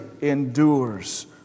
endures